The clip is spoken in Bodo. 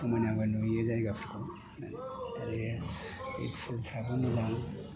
समायनाबो नुयो जायगाफोरखौ दायो लिसुफ्राबो मोजां